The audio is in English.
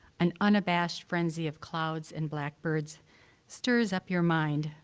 an unabashed frenzy of clouds and blackbirds stirs up your mind,